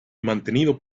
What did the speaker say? mantenido